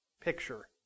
picture